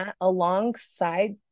alongside